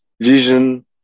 vision